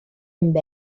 amb